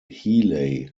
heeley